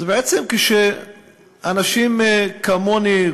בעצם שכשאנשים כמוני,